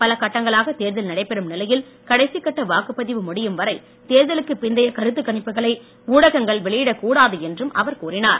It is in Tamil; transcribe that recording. பலக்கட்டங்களாக தேர்தல் நடைபெறும் நிலையில் கடைசிக்கட்ட வாக்குப்பதிவு முடியும் வரை தேர்தலுக்கு பிந்தைய கருத்துக் கணிப்புகளை ஊடகங்கள் வெளியிடக் கூடாது என்றும் அவர் கூறினார்